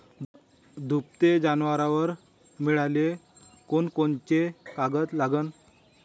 दुभते जनावरं मिळाले कोनकोनचे कागद लागन?